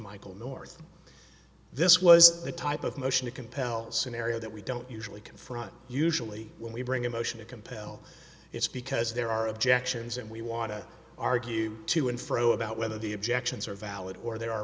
michael north this was the type of motion to compel scenario that we don't usually confront usually when we bring a motion to compel it's because there are objections and we want to argue to and fro about whether the objections are valid or there